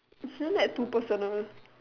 isn't that too personal